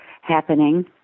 happening